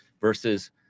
Versus